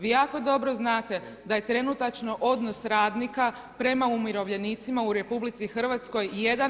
Vi jako dobro znate da je trenutačno odnos radnika prema umirovljenicima u RH 1:1,23.